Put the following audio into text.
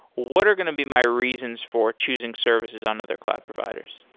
what are going to be my reasons for choosing services on other cloud providers?